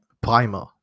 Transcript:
Primer